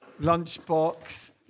Lunchbox